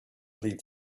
leave